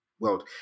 world